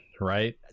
right